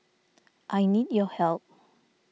I need your help